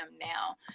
now